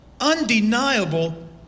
Undeniable